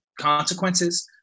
consequences